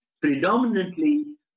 predominantly